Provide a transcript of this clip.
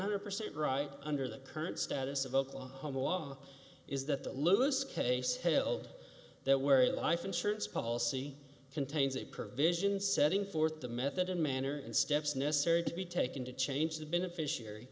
hundred percent right under the current status of oklahoma law is that the lewis case held that where a life insurance policy contains a perv vision setting forth the method and manner and steps necessary to be taken to change the beneficiary